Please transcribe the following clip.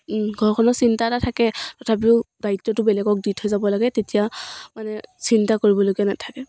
ঘৰখনৰ চিন্তা এটা থাকে তথাপিও দায়িত্বটো বেলেগক দি থৈ যাব লাগে তেতিয়া মানে চিন্তা কৰিবলগীয়া নাথাকে